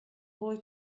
boy